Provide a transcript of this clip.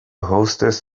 hostess